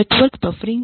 network buffering